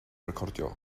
recordio